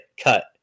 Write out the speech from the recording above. cut